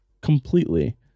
completely